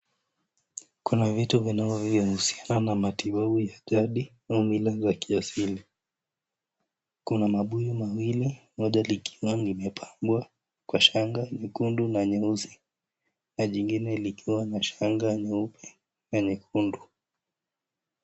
Kuna vitu vinavyohusiana na matibabu ya jadi na mimea ya kiasili. Kuna mabuyu mawili, moja likiwa limepambwa kwa shanga nyekundu na nyeusi na jingine likiwa na shanga nyeupe na nyekundu.